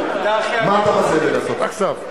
מה אתה מציע לי לעשות עכשיו?